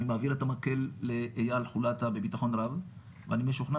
אני מעביר את המקל לאיל חולתא בביטחון רב ואני משוכנע